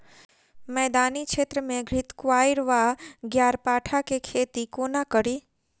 मैदानी क्षेत्र मे घृतक्वाइर वा ग्यारपाठा केँ खेती कोना कड़ी?